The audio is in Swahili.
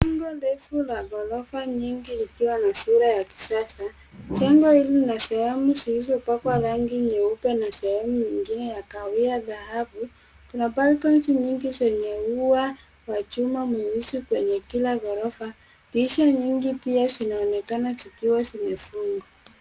Jengo ndefu la ghorofa nyingi likiwa na sura ya kisasa. Jengo hili na sehemu zilizopakwa rangi nyeupe na sehemu nyingine ya kahawia dhahabu. Kuna balcony nyingi zenye ua wa chuma mweusi kwenye kila ghorofa. Dirisha nyingi pia zinaonekana zikiwa zimefungwa.